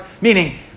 Meaning